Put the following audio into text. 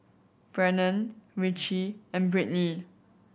Brennen Richie and Brittnee